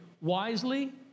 wisely